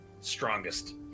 Strongest